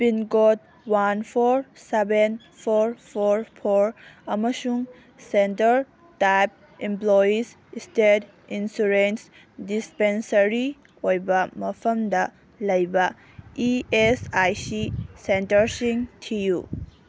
pin code one four seven four four four ꯑꯃꯁꯨꯡ centre type employees state insurance dispensary ꯑꯣꯏꯕ ꯃꯐꯝꯗ ꯂꯩꯕ E S I C ꯁꯦꯟꯇꯔꯁꯤꯡ ꯊꯤꯌꯨ